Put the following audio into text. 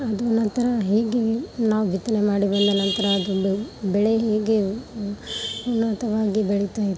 ಅದು ನಂತರ ಹೇಗೆ ನಾವು ಬಿತ್ತನೆ ಮಾಡಿ ಬಂದ ನಂತರ ಅದು ಬೆಳೆ ಹೇಗೆ ಉನ್ನತವಾಗಿ ಬೆಳಿತಾಯಿತ್ತು